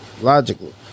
Logically